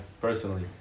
personally